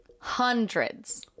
Hundreds